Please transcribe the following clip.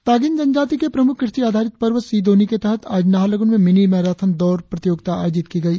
तागिन जनजाति के प्रमुख कृषि आधारित पर्व सी दोन्यी के तहत आज नाहरलगुन में मिनी मैराथन दौर प्रतियोगिता आयोजित की गयी